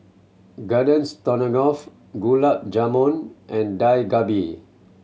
Garden Stroganoff Gulab Jamun and Dak Galbi